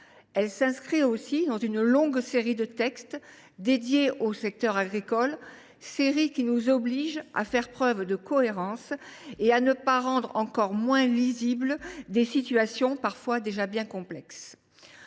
Elle s’inscrit aussi dans une longue série de textes consacrés au secteur agricole, série qui nous oblige à faire preuve de cohérence et à ne pas rendre encore moins lisibles des situations parfois déjà bien complexes.